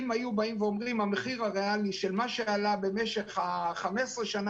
אם היו אומרים שהמחיר הריאלי הוא על פי עליית המחירים ב-20 השנים